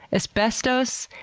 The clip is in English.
asbestos,